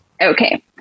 Okay